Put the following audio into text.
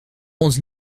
ons